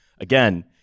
Again